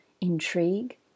intrigue